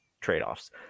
trade-offs